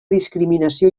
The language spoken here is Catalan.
discriminació